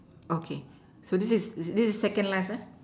okay so this is this is second last ah